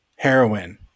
Heroin